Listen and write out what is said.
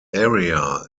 area